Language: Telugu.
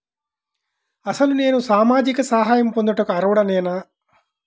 అసలు నేను సామాజిక సహాయం పొందుటకు అర్హుడనేన?